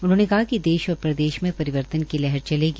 उन्होंने कहा कि देश और प्रदेश में परिवर्तन की लहर चलेगा